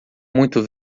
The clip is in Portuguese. muito